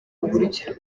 buryo